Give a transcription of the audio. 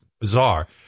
bizarre